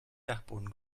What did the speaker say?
dachboden